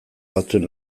batzuen